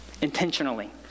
intentionally